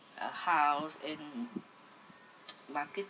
a house and market-